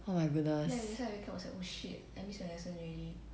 oh my goodness